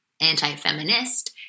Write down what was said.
anti-feminist